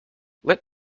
lip